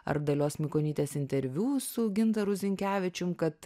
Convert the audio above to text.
ar dalios mikonytės intervių su gintaru zinkevičium kad